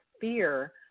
fear